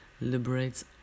liberates